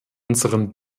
unseren